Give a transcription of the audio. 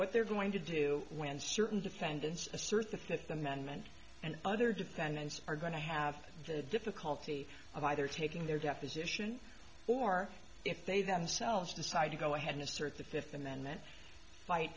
what they're going to do when certain defendants assert the fifth amendment and other defendants are going to have the difficulty of either taking their deposition or if they themselves decide to go ahead and assert the fifth amendment fight